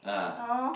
no